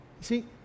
See